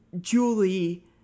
Julie